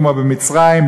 כמו במצרים,